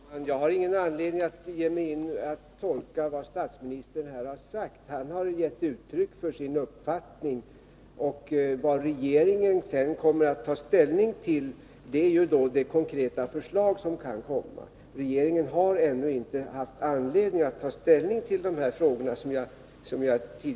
Herr talman! Jag har ingen anledning att ge mig in på att tolka vad statsministern har sagt. Han har gett uttryck för sin uppfattning. Vad regeringen sedan har att ta ställning till är ju det konkreta förslag som kan framkomma. Regeringen har ännu inte, som jag tidigare redovisat, haft anledning att ta ställning till de här frågorna.